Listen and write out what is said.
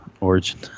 origin